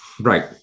right